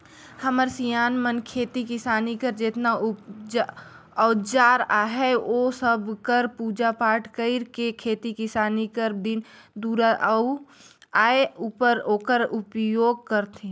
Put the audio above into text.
हमर सियान मन खेती किसानी कर जेतना अउजार अहे ओ सब कर पूजा पाठ कइर के खेती किसानी कर दिन दुरा आए उपर ओकर उपियोग करथे